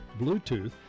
Bluetooth